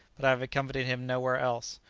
but i have accompanied him nowhere else.